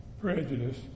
prejudice